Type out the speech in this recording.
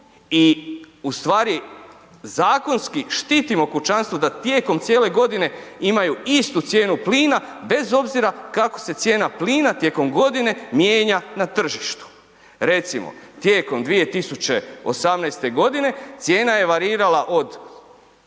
i u stvari zakonski štitimo kućanstvo da tijekom cijele godine imaju istu cijenu plina bez obzira kako se cijena plina tijekom godine mijenja na tržištu. Recimo tijekom 2018. godine, cijena je varirala od